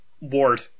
Ward